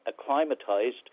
acclimatized